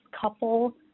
couple